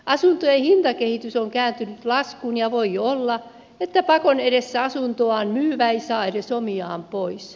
asuntojen hintakehitys on kääntynyt laskuun ja voi olla että pakon edessä asuntoaan myyvä ei saa edes omiaan pois